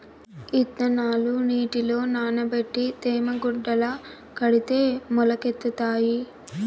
ఇత్తనాలు నీటిలో నానబెట్టి తేమ గుడ్డల కడితే మొలకెత్తుతాయి